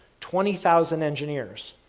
twenty thousand engineers,